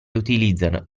utilizzano